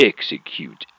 Execute